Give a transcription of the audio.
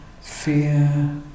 fear